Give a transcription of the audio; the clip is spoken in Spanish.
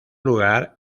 lugar